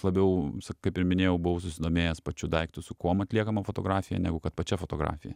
labiau kaip ir minėjau buvau susidomėjęs pačiu daiktu su kuom atliekama fotografija negu kad pačia fotografija